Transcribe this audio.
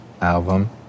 album